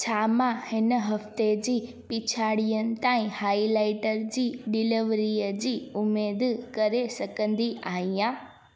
छा मां हिन हफ़्ते जी पिछाड़ीअ ताईं हाइलाइटर जी डिलिवरीअ जी उमीद करे सघंदी आहियां